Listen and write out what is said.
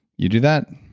you do that?